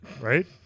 Right